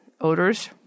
odors